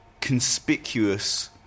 conspicuous